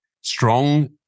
strong